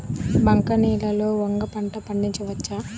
బంక నేలలో వంగ పంట పండించవచ్చా?